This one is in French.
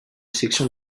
section